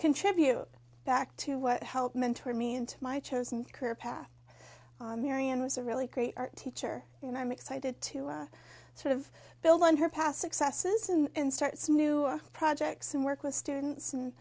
contribute back to what helped mentor me into my chosen career path marion was a really great art teacher and i'm excited to sort of build on her past successes and starts new projects and work with students and